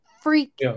freak